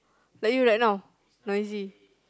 like you right now noisy